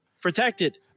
protected